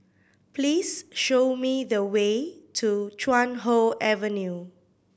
please show me the way to Chuan Hoe Avenue